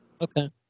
okay